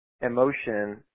emotion